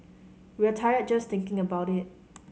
we're tired just thinking about it